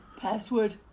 Password